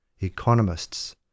economists